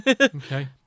Okay